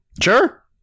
sure